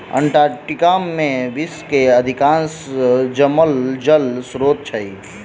Antarctica में विश्व के अधिकांश जमल जल स्त्रोत अछि